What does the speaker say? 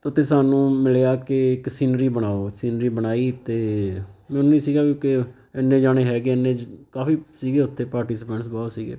ਅਤੇ ਉੱਥੇ ਸਾਨੂੰ ਮਿਲਿਆ ਕਿ ਇੱਕ ਸੀਨਰੀ ਬਣਾਓ ਸੀਨਰੀ ਬਣਾਈ ਅਤੇ ਮੈਨੂੰ ਇਹ ਸੀਗਾ ਕਿ ਇੰਨੇ ਜਾਣੇ ਹੈਗੇ ਇੰਨੇ ਕਾਫੀ ਸੀਗੇ ਉੱਥੇ ਪਾਰਟੀਸਪੈਂਟਸ ਬਹੁਤ ਸੀਗੇ